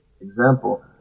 example